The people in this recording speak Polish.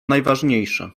najważniejsze